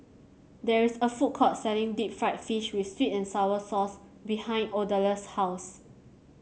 there is a food court selling Deep Fried Fish with sweet and sour sauce behind Odalys' house